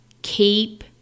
Keep